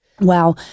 Wow